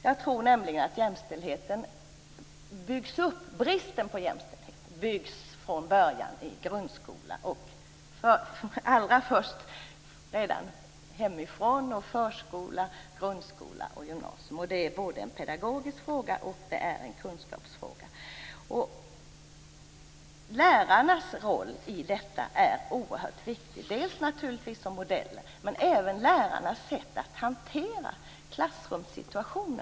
Jag tror att brist på jämställdhet från början byggs upp i hemmet och sedan byggs på i förskola, grundskola och gymnasium. Detta är både en pedagogisk fråga och en kunskapsfråga. Lärarnas roll är oerhört viktig i detta sammanhang, dels som modeller, dels i sättet att hantera klassrumssituationer.